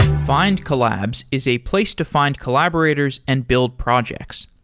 findcollabs is a place to find collaborators and build projects.